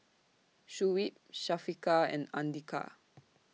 Shuib Syafiqah and Andika